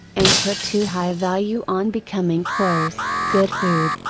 and put too high a value on becoming clothes, good food,